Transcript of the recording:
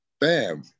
Bam